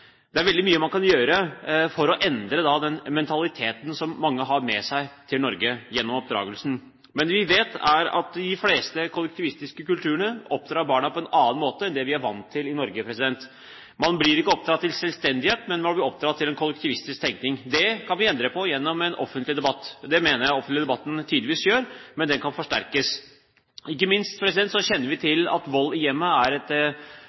Det er veldig mye man kan gjøre for å endre den mentaliteten som mange har med seg til Norge gjennom oppdragelsen. Men det vi vet, er at de fleste kollektivistiske kulturene oppdrar barna på en annen måte enn det vi er vant til i Norge. Man blir ikke oppdratt til selvstendighet, men man blir oppdratt til en kollektivistisk tenkning. Det kan vi endre på gjennom en offentlig debatt. Det mener jeg den offentlige debatten tidvis gjør, men den kan forsterkes. Ikke minst kjenner vi til at vold i hjemmet er et